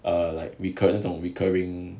err like recurrence 这种 recurring